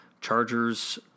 Chargers